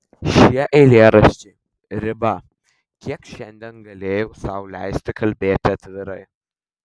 šie eilėraščiai riba kiek šiandien galėjau sau leisti kalbėti atvirai